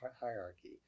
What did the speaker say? hierarchy